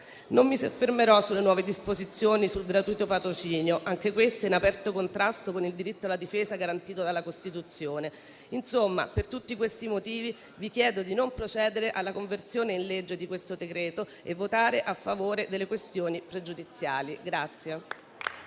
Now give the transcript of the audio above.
Non mi soffermerò sulle nuove disposizioni sul gratuito patrocinio, anche queste in aperto contrasto con il diritto alla difesa garantito dalla Costituzione. Insomma, per tutti questi motivi, vi chiedo di non procedere alla conversione in legge di questo decreto e di votare a favore delle questioni pregiudiziali.